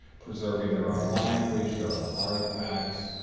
preserving their own language, their own artifacts,